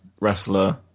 wrestler